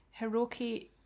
Hiroki